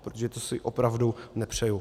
Protože to si opravdu nepřeju.